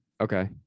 Okay